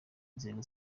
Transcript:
nzego